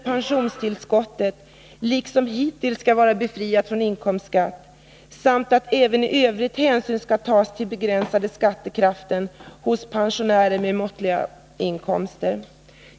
pensionstillskott, liksom hittills, skall vara befriad från inkomstskatt samt att även i övrigt hänsyn skall tas till den begränsade skattekraften hos pensionärer med måttliga inkomster.